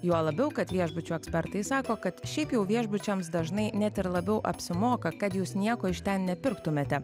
juo labiau kad viešbučių ekspertai sako kad šiaip jau viešbučiams dažnai net ir labiau apsimoka kad jūs nieko iš ten nepirktumėte